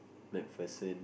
MacPherson